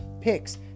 picks